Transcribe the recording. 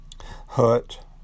Hut